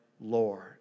Lord